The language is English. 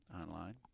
online